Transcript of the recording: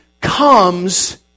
comes